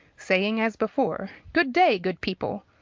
saying as before good day, good people!